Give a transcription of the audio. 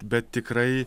bet tikrai